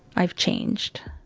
i've changed